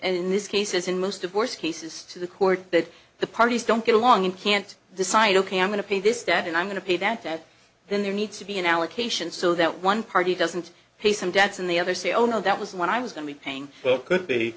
in this case as in most of worst cases to the court that the parties don't get along and can't decide ok i'm going to pay this debt and i'm going to pay that debt then there needs to be an allocation so that one party doesn't pay some debts and the other say oh no that was when i was going to be paying that could be